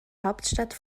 hauptstadt